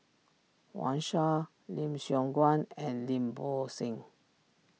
Wang Sha Lim Siong Guan and Lim Bo Seng